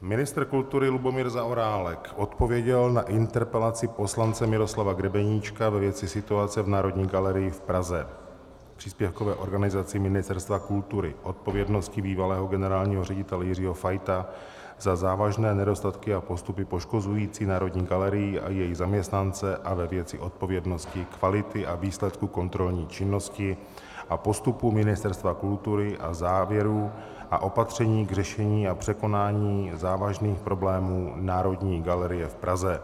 Ministr kultury Lubomír Zaorálek odpověděl na interpelaci poslance Miroslava Grebeníčka ve věci situace v Národní galerii v Praze, příspěvkové organizaci Ministerstva kultury, odpovědnosti bývalého generálního ředitele Jiřího Fajta za závažné nedostatky a postupy poškozující Národní galerii a její zaměstnance a ve věci odpovědnosti, kvality a výsledku kontrolní činnosti a postupu Ministerstva kultury a závěrů a opatření k řešení a překonání závažných problémů Národní galerie v Praze.